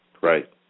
Right